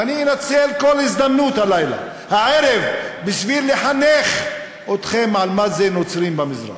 ואני אנצל כל הזדמנות הערב בשביל לחנך אתכם לגבי מה זה נוצרים במזרח.